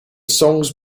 songs